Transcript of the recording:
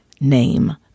name